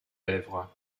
lèvres